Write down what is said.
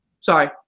Sorry